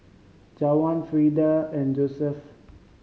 Juwan Frieda and Joesph